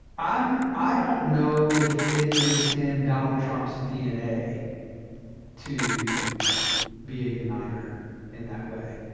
um i don't know if it is in donald trump's dna to be a uniter in that way.